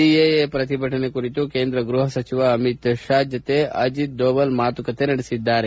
CAA ಪ್ರತಿಭಟನೆ ಕುರಿತು ಕೇಂದ್ರ ಗೃಹ ಸಚಿವ ಅಮಿತ್ ಶಾ ಜತೆ ಅಜಿತ್ ದೋವಲ್ ಮಾತುಕತೆ ನಡೆಸಿದ್ದಾರೆ